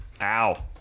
Ow